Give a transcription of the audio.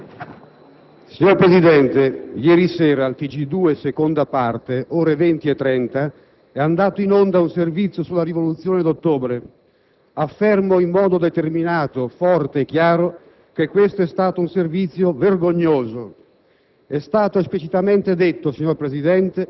Signor Presidente, ieri sera, nella seconda parte del TG2 delle 20,30, è andato in onda un servizio sulla Rivoluzione d'ottobre. Affermo in modo determinato, forte e chiaro che questo è stato un servizio vergognoso.